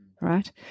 Right